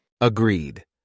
Agreed